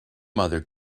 mother